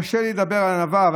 קשה לי לדבר על ענווה,